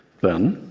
then